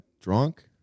drunk